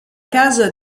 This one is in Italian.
casa